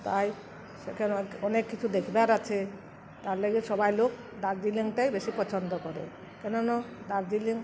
তাই সেখানে অনেক কিছু দেখবার আছে তারলেগে সবাই লোক দার্জিলিংটাই বেশি পছন্দ করে কেননা দার্জিলিং